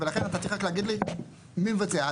ולכן אתה צריך רק להגיד מי מבצע,